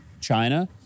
China